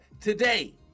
today